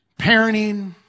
parenting